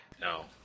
No